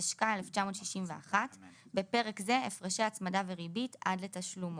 התשכ"א-1961 (בפרק זה הפרשי הצמדה וריבית) עד לתשלומו).